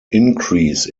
increase